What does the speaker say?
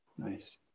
Nice